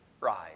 rise